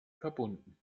verbunden